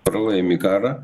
pralaimi karą